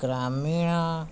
ଗ୍ରାମୀଣ